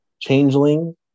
changeling